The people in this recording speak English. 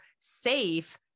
safe